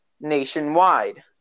nationwide